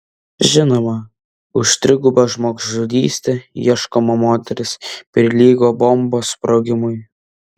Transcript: žinoma už trigubą žmogžudystę ieškoma moteris prilygo bombos sprogimui